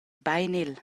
bein